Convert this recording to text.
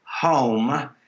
home